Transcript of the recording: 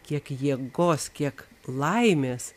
kiek jėgos kiek laimės